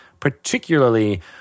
particularly